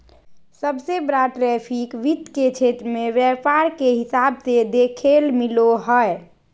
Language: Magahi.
सबसे बड़ा ट्रैफिक वित्त के क्षेत्र मे व्यापार के हिसाब से देखेल मिलो हय